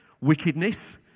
Wickedness